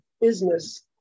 business